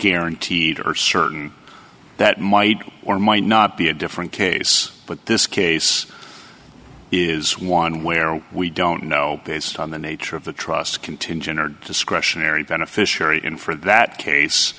guaranteed or certain that might or might not be a different case but this case is one where we don't know based on the nature of the trust contingent or discretionary beneficiary in for that case